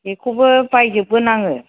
बेखौबो बायजोबगोन आङो